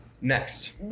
Next